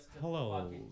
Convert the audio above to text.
hello